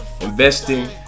investing